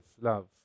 love